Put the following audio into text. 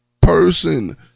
person